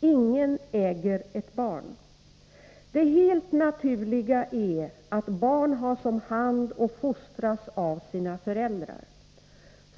Men ingen äger ett barn. Det helt naturliga är att barn has om hand och fostras av sina föräldrar.